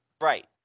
Right